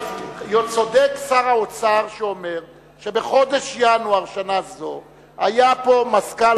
צודק שר האוצר שאומר שבחודש ינואר שנה זו היה פה מזכ"ל